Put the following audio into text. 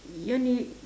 you wanna